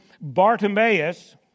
Bartimaeus